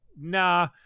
nah